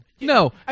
No